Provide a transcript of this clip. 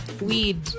weed